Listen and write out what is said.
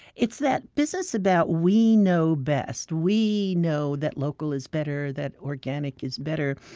it's that business about we know best, we know that local is better, that organic is better.